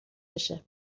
بشه